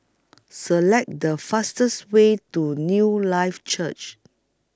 Select The fastest Way to Newlife Church